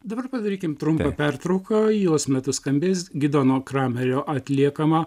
dabar padarykim trumpą pertrauką jos metu skambės gidono kremerio atliekama